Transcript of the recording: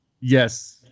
Yes